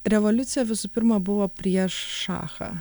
revoliucija visų pirma buvo prieš šachą